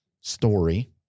story